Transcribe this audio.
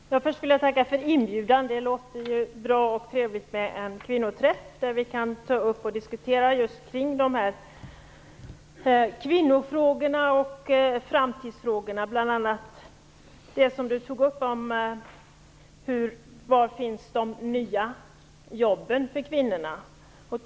Herr talman! Jag vill först tacka för inbjudan. Det låter ju bra och trevligt med en kvinnoträff där vi kan ta upp och diskutera kvinnofrågor, framtidsfrågor och den fråga som Inger Segelström tog upp om var de nya jobben för kvinnorna fanns.